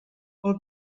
pel